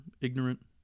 ignorant